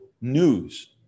news